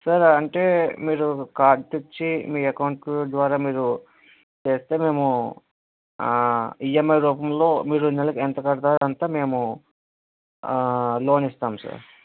sir అంటే మీరు card తెచ్చి మీ అకౌంట్కి ద్వారా మీరు చేస్తే మేము ఈఎంఐ రూపంలో మీరు నెలకి ఎంత కడతారో అంత మేము లోన్ ఇస్తాం సార్